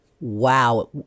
Wow